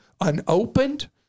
unopened